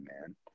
man